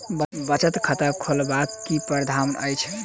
बचत खाता खोलेबाक की प्रावधान अछि?